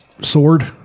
Sword